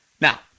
Now